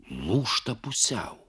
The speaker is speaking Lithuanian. lūžta pusiau